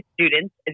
students